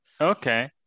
Okay